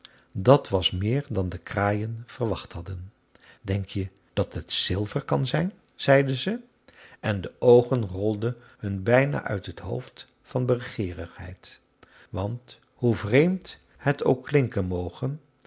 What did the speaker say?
dat was meer dan de kraaien verwacht hadden denk je dat het zilver kan zijn zeiden ze en de oogen rolden hun bijna uit het hoofd van begeerigheid want hoe vreemd het ook klinken